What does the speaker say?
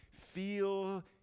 feel